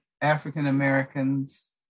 African-Americans